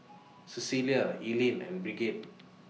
Cecelia Eileen and Brigitte